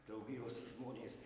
draugijos žmonės